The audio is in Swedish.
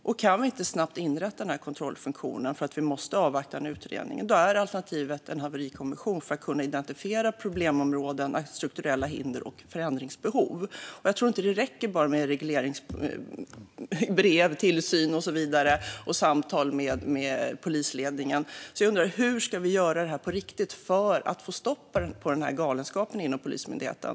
Om vi inte snabbt kan inrätta en kontrollfunktion, på grund av att vi måste invänta en utredning, är alternativet en haverikommission för att identifiera problemområden, strukturella hinder och förändringsbehov. Jag tror inte att det räcker med bara regleringsbrev, tillsyn, samtal med polisledning och så vidare. Hur ska vi göra det på riktigt, för att få stopp på galenskapen inom Polismyndigheten?